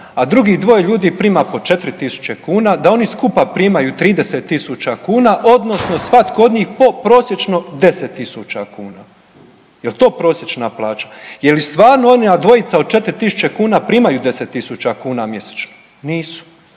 a drugi dvoje ljudi prima po 4000 kuna, da oni skupa primaju 30 000 kuna odnosno svatko od njih po prosječno 10 000. Jel to prosječna plaća? Je li stvarno ona dvojica od 4000 kuna primaju 10 000 kuna mjesečno? Nisu.